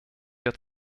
der